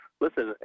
listen